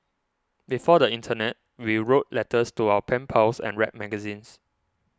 before the internet we wrote letters to our pen pals and read magazines